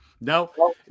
No